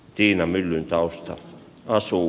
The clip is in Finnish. tiina myllyntausta asuu